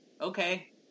okay